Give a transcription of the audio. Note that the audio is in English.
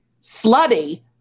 slutty